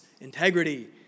integrity